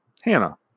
Hannah